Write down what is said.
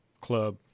club